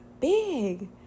big